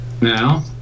Now